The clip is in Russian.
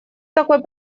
такой